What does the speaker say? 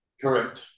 Correct